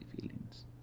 feelings